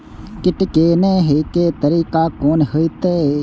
कीट के ने हे के तरीका कोन होते?